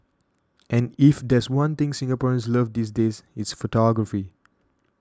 and if there's one thing Singaporeans love these days it's photography